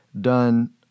done